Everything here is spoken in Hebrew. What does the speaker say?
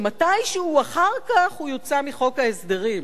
שמתישהו אחר כך החוק יוצא מחוק ההסדרים,